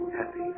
happy